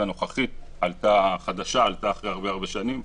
הנוכחית החדשה עלתה אחרי הרבה הרבה שנים,